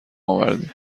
آوردیم